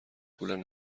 پول